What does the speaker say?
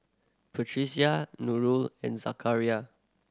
Batrisya Nurul and Zakaria